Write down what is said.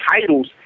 titles